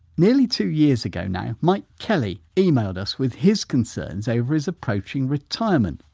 nearly two years ago now mike kelly emailed us with his concerns over his approaching retirement.